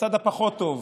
לצד הפחות-טוב.